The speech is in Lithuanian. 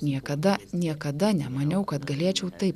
niekada niekada nemaniau kad galėčiau taip